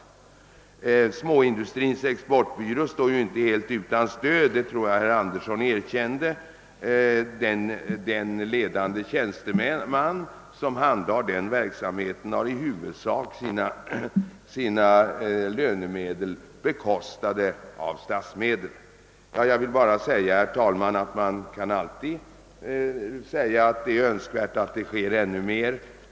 Småindustrins exportbyrå står ju inte helt utan stöd — jag tror att herr Andersson erkände detta. Den ledande tjänsteman som handhar denna verksamhet har i huvudsak sin lön bekostad av statsmedel. Jag vill bara framhålla, herr talman, att man alltid kan säga att det är önskvärt att det sker ännu mera.